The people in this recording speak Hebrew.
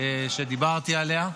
שדיברתי עליה.